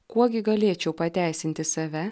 kuo gi galėčiau pateisinti save